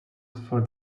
for